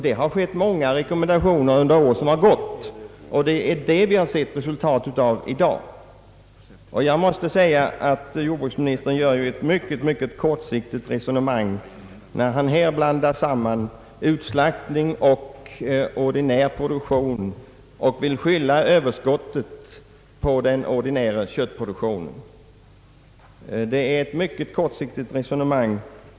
Det har skett många rekommendationer i den vägen under år som har gått, och det är dessa rekommendationer vi har sett resultatet av i dag. Jordbruksministern för ett mycket kortsiktigt resonemang när han här blandar samman utslaktning och ordinär produktion och vill skylla den ordinära köttproduktionen för det överskott som har uppkommit. Det är ett mycket kortsiktigt resonemang.